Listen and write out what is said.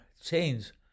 change